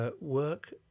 work